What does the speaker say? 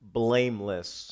blameless